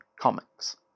comics